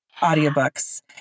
audiobooks